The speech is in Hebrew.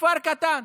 כפר קטן.